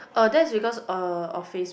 oh that's because uh of FaceBook